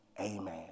Amen